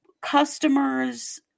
customers